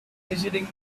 visiting